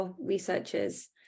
researchers